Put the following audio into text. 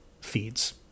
feeds